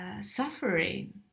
suffering